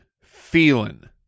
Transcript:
feeling